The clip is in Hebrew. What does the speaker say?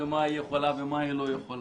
מה היא יכולה ומה היא לא יכולה,